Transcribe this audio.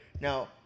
Now